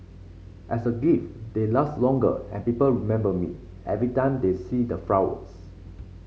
as a gift they last longer and people remember me every time they see the flowers